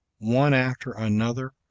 one after another,